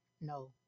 no